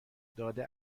داده